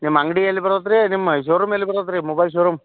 ನಿಮ್ಮ ಅಂಗಡಿ ಎಲ್ಲಿ ಬರುತ್ತೆ ರೀ ನಿಮ್ಮ ಶೋರೂಮ್ ಎಲ್ಲಿ ಬರುತ್ತೆ ರೀ ಮೊಬೈಲ್ ಶೋರೂಮ್